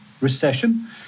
recession